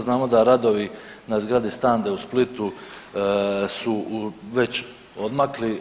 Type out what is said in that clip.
Znamo da radovi na zgradi Standa u Splitu su već odmakli.